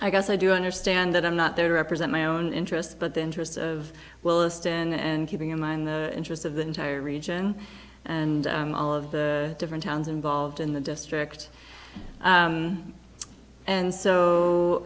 i guess i do understand that i'm not there to represent my own interests but the interests of well list and keeping in mind the interest of the entire region and all of the different towns involved in the district and so